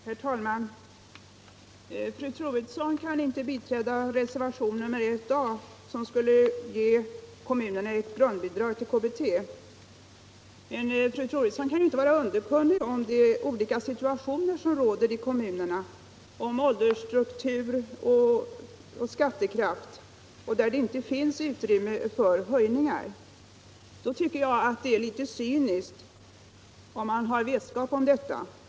Herr talman! Fru Troedsson vill inte biträda reservation 1 a som skulle ge kommunerna ett grundbidrag till KBT. Men fru Troedsson kan inte vara okunnig om de olika situationer som råder i kommunerna när det gäller åldersstruktur och skattekraft. I somliga kommuner finns det inte utrymme för höjningar. Har man vetskap om detta tycker jag det är litet cyniskt att gå emot det här förslaget med motiveringen att även de rika kommunerna skulle få grundbidrag.